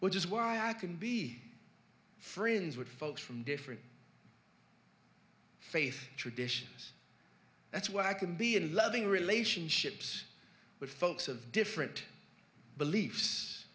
which is why i can be friends with folks from different faith traditions that's why i can be in loving relationships with folks of different beliefs